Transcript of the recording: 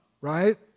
right